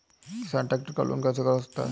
किसान ट्रैक्टर का लोन कैसे करा सकता है?